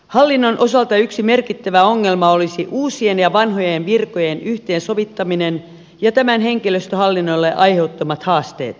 hallinnon osalta merkittävä ongelma olisi uusien ja vanhojen virkojen yhteensovittaminen ja tämän henkilöstöhallinnolle aiheuttamat haasteet